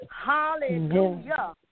Hallelujah